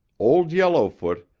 old yellowfoot,